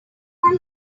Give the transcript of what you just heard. life